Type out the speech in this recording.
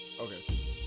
okay